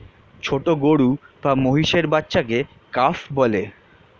ছোট গরু বা মহিষের বাচ্চাকে কাফ বলে